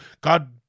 God